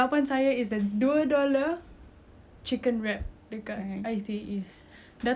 dekat I_T_E dah tak ada dah nak cakap innalillah pun tak boleh innalillah dah takde